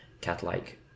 cat-like